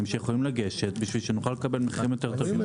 שיכולים לגשת כדי שנוכל לקבל מחירים יותר טובים.